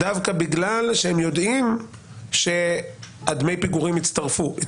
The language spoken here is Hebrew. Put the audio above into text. דווקא בגלל שהם יודעים שדמי הפיגורים יצטרפו.